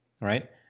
right